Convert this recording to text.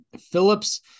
Phillips